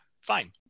fine